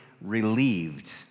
relieved